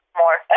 more